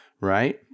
Right